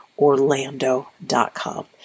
Orlando.com